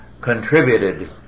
contributed